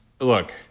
look